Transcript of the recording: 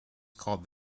called